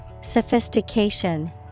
Sophistication